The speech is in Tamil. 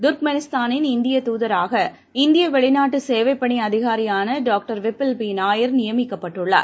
தர்க்மெனிஸ்தனின் இந்தியதூதராக இந்தியவெளிநாட்டுச் சேவைப்பணிஅதிகாரியானடாக்டர் விபுல் பிநாயர் நியமிக்கப்பட்டுள்ளார்